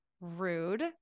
rude